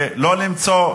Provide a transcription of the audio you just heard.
ולא למצוא,